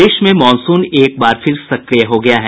प्रदेश में मॉनसून एक बार फिर सक्रिय हो गया है